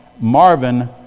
Marvin